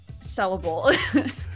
sellable